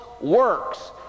works